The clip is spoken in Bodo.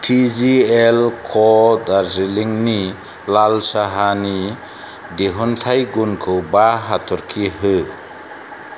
टिजिएल क' दार्जिलिंनि लाल साहानि दिहुनथाइ गुनखौ बा हाथर्खि हो